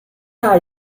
are